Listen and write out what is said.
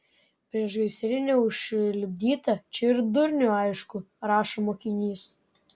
priešgaisrinė užlipdyta čia ir durniui aišku rašo mokinys